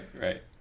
right